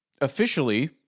officially